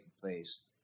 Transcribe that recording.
place